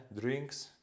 drinks